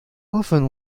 often